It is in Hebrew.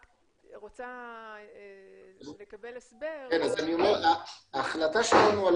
רוצה לקבל הסבר על המספר 1,250. ההחלטה שלנו על